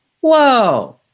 Whoa